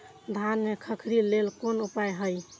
धान में खखरी लेल कोन उपाय हय?